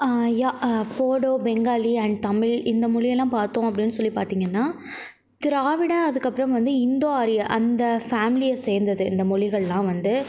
யா Bodo Bengali and Tamil இந்த மொழியெல்லாம் பார்த்தோம் அப்படினு சொல்லிப் பார்த்திங்கனா திராவிட அதுக்கு அப்புறம் வந்து இந்தோ ஆரியா அந்த ஃபேமிலியை சேர்ந்தது இந்த மொழிகள்லாம் வந்து